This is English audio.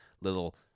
little